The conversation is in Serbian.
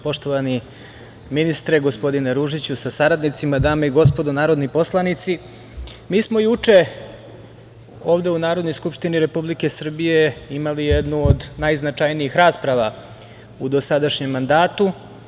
Poštovani ministre, gospodine Ružiću, sa saradnicima, dame i gospodo narodni poslanici, mi smo juče ovde u Narodnoj skupštini Republike Srbije imali jednu od najznačajnijih rasprava u dosadašnjem mandatu.